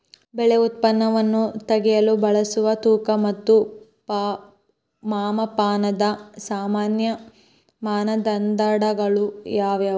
ಬೆಳೆ ಉತ್ಪನ್ನವನ್ನು ತೂಗಲು ಬಳಸುವ ತೂಕ ಮತ್ತು ಮಾಪನದ ಸಾಮಾನ್ಯ ಮಾನದಂಡಗಳು ಯಾವುವು?